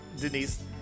Denise